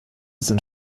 sind